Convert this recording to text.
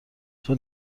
چون